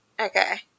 Okay